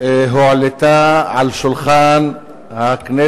הצעת החוק הזאת הועלתה על שולחן הכנסת